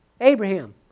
Abraham